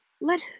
Let